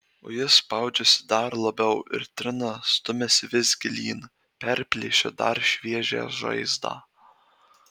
o jis spaudžiasi dar labiau ir trina stumiasi vis gilyn perplėšia dar šviežią žaizdą